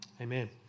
Amen